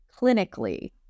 clinically